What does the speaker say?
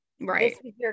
Right